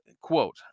quote